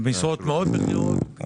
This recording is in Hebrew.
משרות מאוד בכירות.